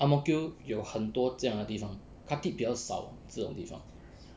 ang mo kio 有很多这样的地方 khatib 比较少这种地方